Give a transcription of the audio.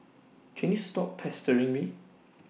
can you stop pestering me